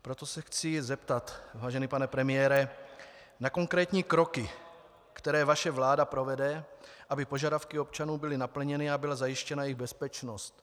Proto se chci zeptat, vážený pane premiére, na konkrétní kroky, které vaše vláda provede, aby požadavky občanů byly naplněny a byla zajištěna jejich bezpečnost.